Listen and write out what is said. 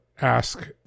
ask